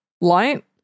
light